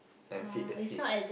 and feed the fish